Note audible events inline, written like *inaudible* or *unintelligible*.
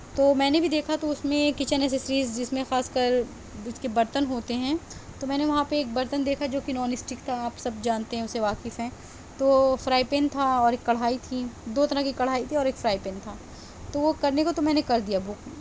تو میں نے بھی دیکھا تو اُس میں کچن اسیسریز جس میں خاص کر *unintelligible* کے برتن ہوتے ہیں تو میں نے وہاں پہ ایک برتن دیکھا جو کہ نان اسٹک تھا آپ سب جانتے ہیں اُس سے واقف ہیں تو فرائی پین تھا اور ایک کڑھائی تھی دو طرح کی کڑھائی تھی اور ایک فرائی پین تھا تو وہ کرنے کو تو میں نے کر دیا بک